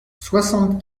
soixante